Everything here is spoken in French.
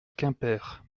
quimper